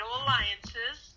alliances